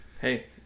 Hey